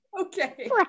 Okay